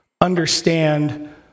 understand